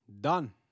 Done